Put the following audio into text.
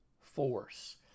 force